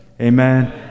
amen